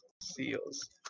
seals